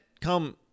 come